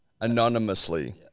Anonymously